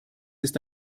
ist